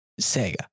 Sega